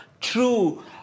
true